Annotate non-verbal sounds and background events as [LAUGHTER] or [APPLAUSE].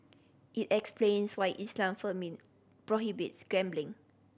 it explains why Islam [UNINTELLIGIBLE] prohibits gambling